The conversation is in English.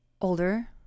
Older